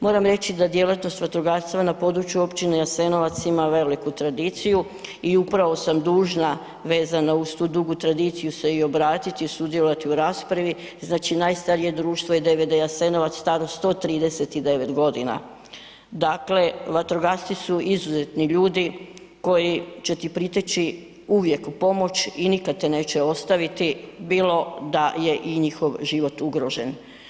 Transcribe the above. Moram reći da djelatnost vatrogastva na području općine Jasenovac ima veliku tradiciju i upravo sam dužna vezana uz tu dugu tradiciju se i obratiti i sudjelovati u raspravi, znači najstarije društvo je DVD Jasenovac staro 139.g., dakle vatrogasci su izuzetni ljudi koji će ti priteći uvijek u pomoć i nikad te neće ostaviti bilo da je i njihov život ugrožen.